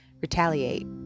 retaliate